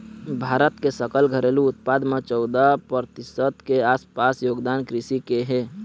भारत के सकल घरेलू उत्पाद म चउदा परतिसत के आसपास योगदान कृषि के हे